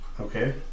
Okay